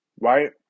Right